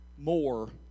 More